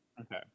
okay